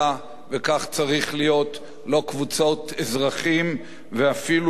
לא קבוצות אזרחים ואפילו לא מאמרי מערכת.